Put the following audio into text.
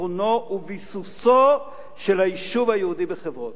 ביטחונו וביסוסו של היישוב היהודי בחברון.